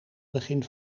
begin